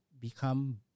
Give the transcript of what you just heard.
become